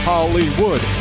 Hollywood